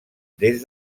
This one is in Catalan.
des